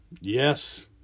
Yes